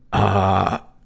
ah,